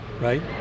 Right